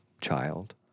child